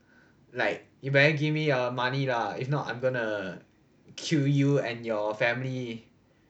like you better gimme your money lah if not I'm gonna kill you and your family